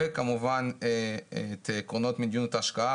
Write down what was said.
וכמובן את עקרונות מדיניות ההשקעה